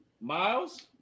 Miles